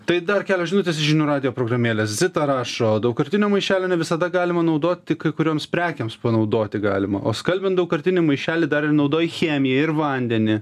tai dar kelios žinutės iš žinių radijo programėles zita rašo daugkartinių maišelių ne visada galima naudoti kai kurioms prekėms panaudoti galima o skalbiant daugkartinį maišelį dar ir naudoji chemiją ir vandenį